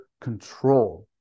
control